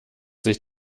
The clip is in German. sich